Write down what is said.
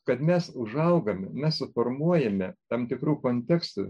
kad mes užaugame mes suformuojame tam tikrų kontekstų